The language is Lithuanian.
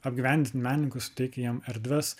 apgyvendinti menininkus suteikti jiem erdves